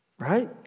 Right